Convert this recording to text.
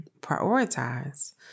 prioritize